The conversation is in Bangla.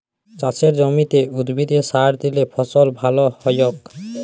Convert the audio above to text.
চাসের জমিতে উদ্ভিদে সার দিলে ফসল ভাল হ্য়য়ক